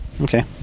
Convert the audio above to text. Okay